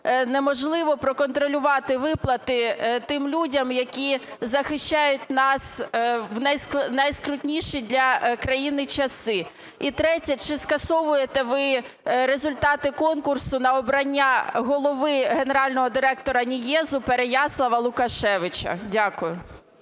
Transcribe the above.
неможливо проконтролювати виплати тим людям, які захищають нас у найскрутніші для країни часи? І третє. Чи скасовуєте ви результати конкурсу на обрання голови Генерального директора НІЕЗ "Переяслав" Лукашевича? Дякую.